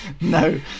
No